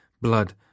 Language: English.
blood